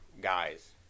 guys